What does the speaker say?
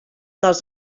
dels